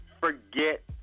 Forget